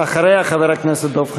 אחריה, חבר הכנסת דב חנין.